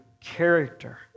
character